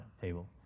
table